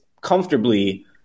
comfortably